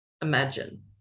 imagine